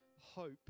hope